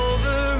Over